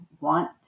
want